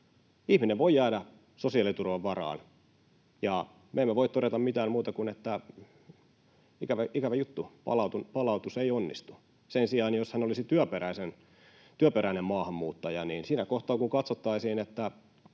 Ihminen voi jäädä sosiaaliturvan varaan, ja me emme voi todeta mitään muuta kuin että ikävä juttu, palautus ei onnistu. Sen sijaan jos hän olisi työperäinen maahanmuuttaja, niin siinä kohtaa, kun katsottaisiin, että